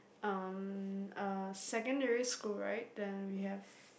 um uh secondary school right then we have